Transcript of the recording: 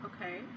Okay